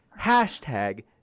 Hashtag